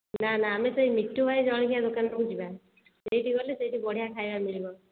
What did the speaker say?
ନା ନା ଆମେ ସେ ମିଟୁ ଭାଇ ଜଳଖିଆ ଦୋକାନକୁ ଯିବା ସେଇଠି ଗଲେ ସେଇଠି ବଢ଼ିଆ ଖାଇବା ମିଳିବ